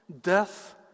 death